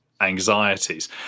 anxieties